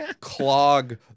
clog